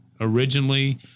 originally